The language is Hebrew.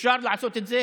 אפשר לעשות את זה.